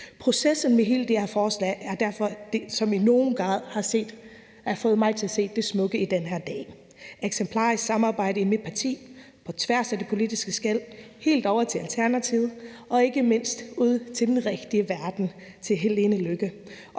Processen med hele det her forslag er derfor noget, som i nogen grad har fået mig til at se det smukke i den her dag. Der har været et eksemplarisk samarbejde i mit parti og på tværs af det politiske skel, helt over til Alternativet og ikke mindst ud til den rigtige verden og Helene Lykke,